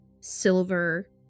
silver